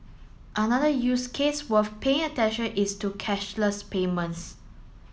another use case worth paying attention is to cashless payments